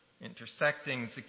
intersecting